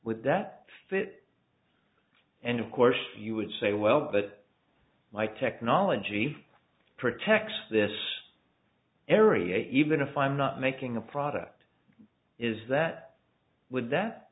with that fit and of course you would say well that my technology protects this area even if i'm not making a product is that would that